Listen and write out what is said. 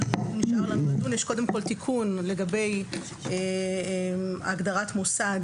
קודם כל יש תיקון לגבי הגדרת מוסד,